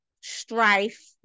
strife